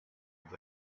with